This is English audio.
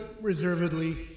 reservedly